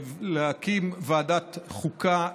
להקים ועדת חוקה,